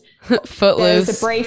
Footloose